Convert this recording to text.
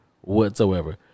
whatsoever